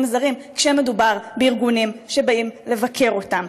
זרים כשמדובר בארגונים שבאים לבקר אותם,